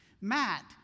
Matt